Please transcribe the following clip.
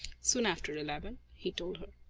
soon after eleven, he told her.